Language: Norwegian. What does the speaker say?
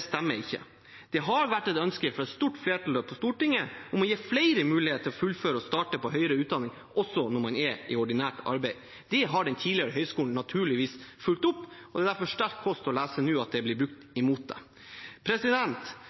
stemmer ikke. Det har vært et ønske fra et stort flertall på Stortinget om å gi flere mulighet til å fullføre og starte på høyere utdanning, også når man er i ordinært arbeid. Det har den tidligere høyskolen naturligvis fulgt opp, og det er derfor sterk kost å lese nå at det blir